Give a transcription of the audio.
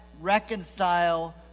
reconcile